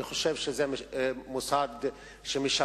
אני חושב שזה מוסד שמשרת,